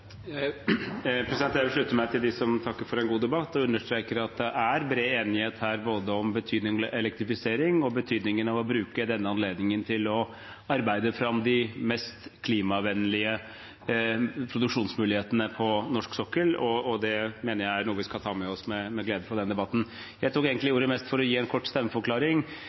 bred enighet, både om betydningen av elektrifisering og betydningen av å bruke denne anledningen til å arbeide fram de mest klimavennlige produksjonsmulighetene på norsk sokkel. Det mener jeg er noe vi skal ta med oss med glede fra denne debatten. Jeg tok egentlig ordet mest for å gi en kort stemmeforklaring